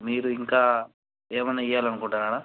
మీరు ఇంకా ఏమైనా ఇయ్యాలనుకుంటున్నారా